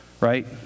right